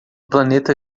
planeta